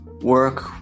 work